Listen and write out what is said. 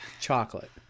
Chocolate